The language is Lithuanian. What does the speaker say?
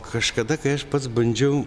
kažkada kai aš pats bandžiau